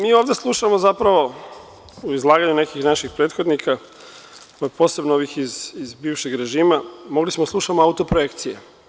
Mi ovde slušamo zapravo izlaganje nekih naših prethodnika, posebno ovih iz bivšeg režima, a mogli smo da slušamo auto projekciju.